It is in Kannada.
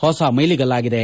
ಹೊಸ ಮೈಲಿಗಲ್ಲಾಗಿದೆ